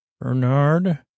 Bernard